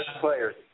players